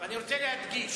אני רוצה להדגיש,